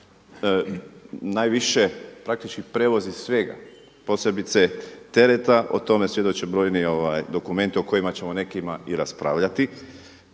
najviše praktički prevozi svega, posebice tereta. O tome svjedoči brojni dokumenti o kojima ćemo o nekima i raspravljati